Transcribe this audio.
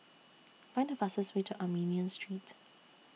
Find The fastest Way to Armenian Street